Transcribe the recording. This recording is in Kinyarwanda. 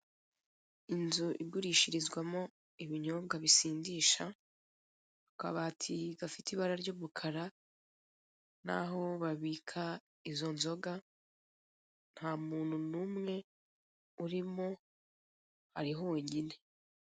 Inzu igurishirizwamo ibinyobwa bisindisha, akabati gafite ibara ry'umukara, n'aho babika izo nzoga, ntamuntu n'umwe urimo, hari honyine.